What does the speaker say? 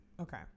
Okay